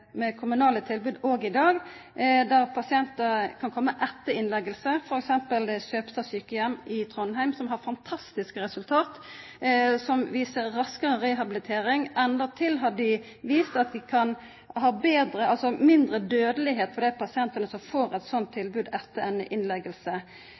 med kommunale tilbod òg i dag, der pasientar kan koma etter innlegging, f.eks. ved Søbstad sykehjem i Trondheim, som har fantastiske resultat, og der vi ser raskare rehabilitering. Endåtil har det vist seg at det blir færre dødsfall når pasientane får eit sånt